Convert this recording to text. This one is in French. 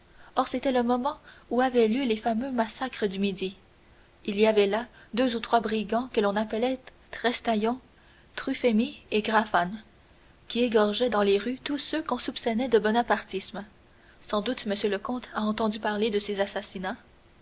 or c'était le moment où avaient lieu les fameux massacres du midi il y avait là deux ou trois brigands que l'on appelait trestaillon truphemy et graffan qui égorgeaient dans les rues tous ceux qu'on soupçonnait de bonapartisme sans doute monsieur le comte a entendu parler de ces assassinats